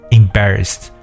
embarrassed